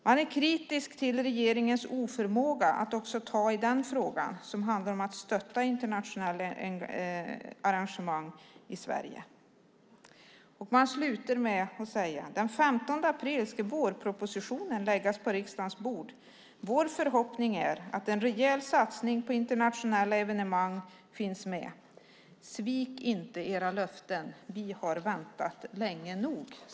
Man är kritisk till regeringens oförmåga att ta tag i den fråga som handlar om att stötta internationella arrangemang i Sverige. Man slutar med att säga: Den 15 april ska vårpropositionen läggas på riksdagens bord. Vår förhoppning är att en rejäl satsning på internationella evenemang finns med. Svik inte era löften! Vi har väntat länge nog.